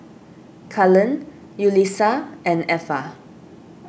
Cullen Yulissa and Effa